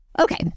Okay